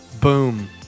Boom